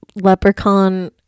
leprechaun